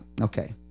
okay